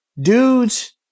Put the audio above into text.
dudes